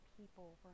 people